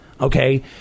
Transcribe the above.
okay